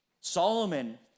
Solomon